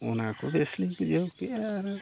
ᱚᱱᱟ ᱠᱚ ᱵᱮᱥ ᱞᱤᱧ ᱵᱩᱡᱷᱟᱹᱣ ᱠᱮᱜᱼᱟ ᱟᱨ